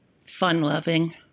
fun-loving